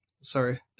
sorry